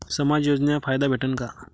समाज योजनेचा फायदा भेटन का?